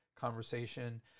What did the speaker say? conversation